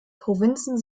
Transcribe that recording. provinzen